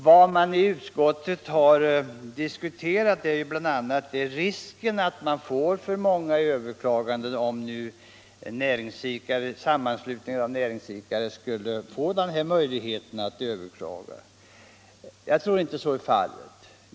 Vad utskottet har diskuterat är bl.a. risken att man får för många överklaganden om en sammanslutning av näringsidkare skulle få den här möjligheten.